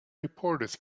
reporters